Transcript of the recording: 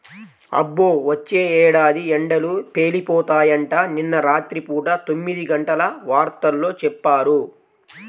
అబ్బో, వచ్చే ఏడాది ఎండలు పేలిపోతాయంట, నిన్న రాత్రి పూట తొమ్మిదిగంటల వార్తల్లో చెప్పారు